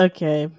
Okay